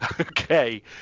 okay